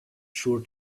sure